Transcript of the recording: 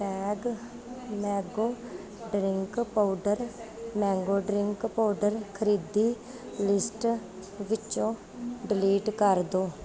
Tang mango drink powder mango drink powder ਖਰੀਦੀ list ਵਿੱਚੋਂ delete ਕਰ ਦੋ